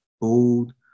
Bold